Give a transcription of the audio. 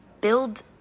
build